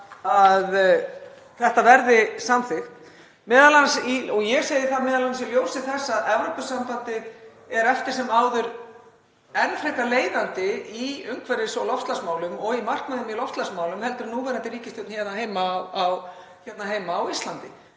að þetta verði samþykkt, og ég segi það m.a. í ljósi þess að Evrópusambandið er eftir sem áður enn frekar leiðandi í umhverfis- og loftslagsmálum, og í markmiðum í loftslagsmálum, en núverandi ríkisstjórn hér heima á Íslandi.